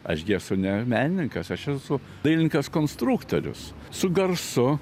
aš gi esu ne menininkas aš esu dailininkas konstruktorius su garsu